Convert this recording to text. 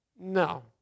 No